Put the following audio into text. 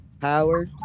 Power